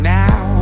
now